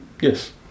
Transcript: Yes